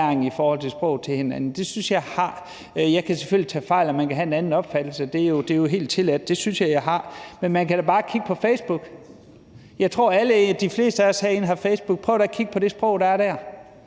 i forhold til sproget til hinanden. Det synes jeg at jeg har. Jeg kan selvfølgelig tage fejl, og man kan have en anden opfattelse; det er jo helt tilladt. Men det synes jeg jeg har. Man kan da bare kigge på Facebook. Jeg tror, at de fleste af os herinde har en facebookprofil. Prøv da at kigge på det sprog, der er dér,